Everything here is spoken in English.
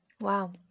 Wow